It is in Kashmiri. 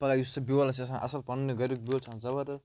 پَگاہ یُس سُہ بیول آسہِ آسان اصٕل پَنٛنی گَریُک بیول چھِ آسان زَبَردَست